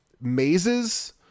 mazes